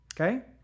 Okay